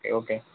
okay okay